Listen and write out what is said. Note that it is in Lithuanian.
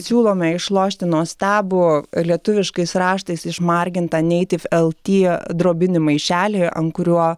siūlome išlošti nuostabų lietuviškais raštais išmargintą native lt drobinį maišelį ant kuriuo